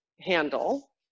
handle